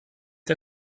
der